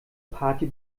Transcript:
party